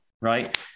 right